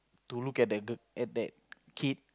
to look at that girl at that kid